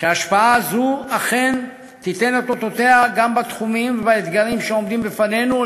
שהשפעה זו אכן תיתן את אותותיה גם בתחומים ובאתגרים שעומדים בפנינו.